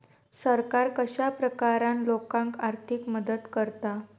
सरकार कश्या प्रकारान लोकांक आर्थिक मदत करता?